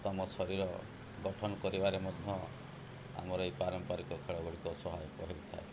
ତୁମ ଶରୀର ଗଠନ କରିବାରେ ମଧ୍ୟ ଆମର ଏଇ ପାରମ୍ପରିକ ଖେଳ ଗୁଡ଼ିକ ସହାୟକ ହେଇଥାଏ